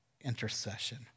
intercession